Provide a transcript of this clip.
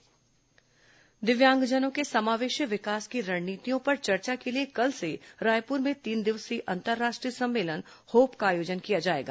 दिव्यांग सम्मेलन दिव्यांगजनों के समावेशी विकास की रणनीतियों पर चर्चा के लिए कल से रायपुर में तीन दिवसीय अंतर्राष्ट्रीय सम्मेलन होप का आयोजन किया जाएगा